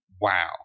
Wow